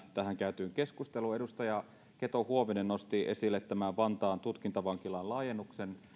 tähän käytyyn keskusteluun edustaja keto huovinen nosti esille vantaan tutkintavankilan laajennuksen